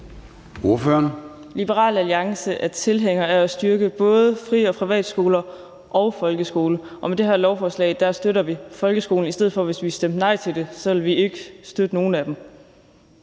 Andresen (LA): Liberal Alliance er tilhængere af at styrke både fri- og privatskoler og folkeskolen. Og med det her lovforslag støtter vi folkeskolen – hvis vi stemte imod det, ville vi ikke støtte nogen af dem.